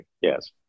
yes